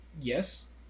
yes